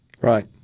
Right